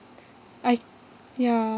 I ya